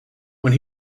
when